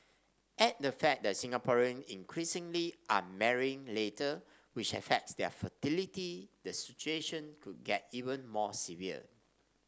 add the fact that Singaporean increasingly are marrying later which affects their fertility the situation could get even more severe